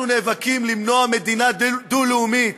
אנחנו נאבקים למנוע מדינה דו-לאומית.